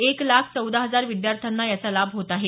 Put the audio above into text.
एक लाख चौदा हजार विद्यार्थ्यांना याचा लाभ होत आहे